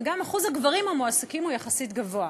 וגם אחוז הגברים המועסקים הוא יחסית גבוה.